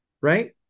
right